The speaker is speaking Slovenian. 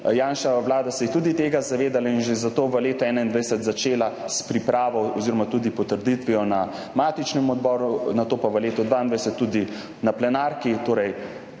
Janševa vlada se je tudi tega zavedala in zato že v letu 2021 začela s pripravo oziroma tudi potrditvijo na matičnem odboru, nato pa v letu 2022 tudi na plenarki. Torej